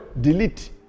Delete